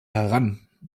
heran